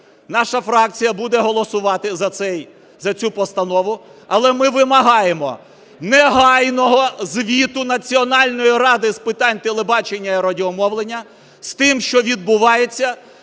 Наша фракція буде голосувати за цю постанову, але ми вимагаємо негайного звіту Національної ради з питань телебачення і радіомовлення з тим, що відбувається